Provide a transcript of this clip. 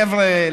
חבר'ה,